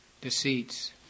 deceits